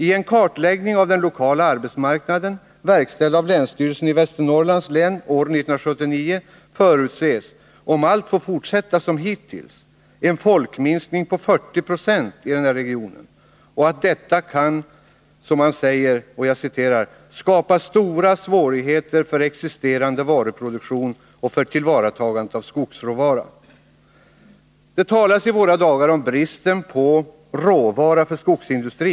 I en kartläggning av den lokala arbetsmarknaden, verkställd av länsstyrelsen i Västernorrlands län år 1979, förutses — om allt får fortsätta som hittills — en folkminskning på 40 26 i den här regionen, och detta kan, som man säger, ”skapa stora svårigheter för existerande varuproduktion och för tillvaratagandet av skogsråvara”. Det talas i våra dagar om bristen på råvara för skogsindustrin.